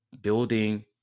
building